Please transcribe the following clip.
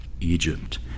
Egypt